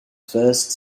first